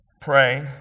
pray